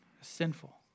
Sinful